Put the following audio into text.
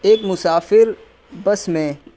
ایک مسافر بس میں